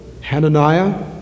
Hananiah